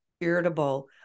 irritable